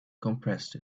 compressed